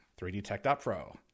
3dtech.pro